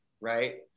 Right